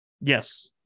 Yes